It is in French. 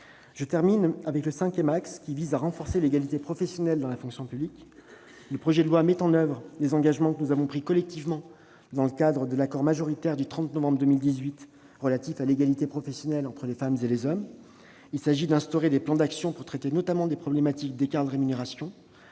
j'en viens au cinquième axe, le renforcement de l'égalité professionnelle dans la fonction publique. Le projet de loi met en oeuvre les engagements que nous avons pris collectivement dans le cadre de l'accord majoritaire du 30 novembre 2018 relatif à l'égalité professionnelle entre les femmes et les hommes. Il s'agit d'instaurer des plans d'action pour traiter notamment des problématiques d'écarts de rémunération,